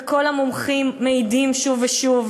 וכל המומחים מעידים שוב ושוב,